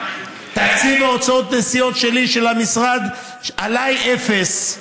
תקציב הוצאות הנסיעות שלי, של המשרד, עליי, אפס,